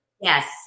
Yes